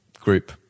group